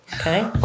Okay